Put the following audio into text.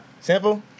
Simple